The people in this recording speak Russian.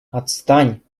отстань